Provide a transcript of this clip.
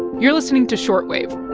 you're listening to short wave